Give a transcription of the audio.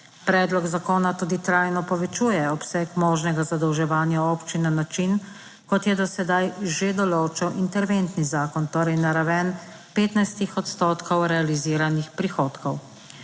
Predlog zakona tudi trajno povečuje obseg možnega zadolževanja občin na način, kot je do sedaj že določal interventni zakon, torej na raven 15 odstotkov realiziranih prihodkov.